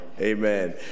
Amen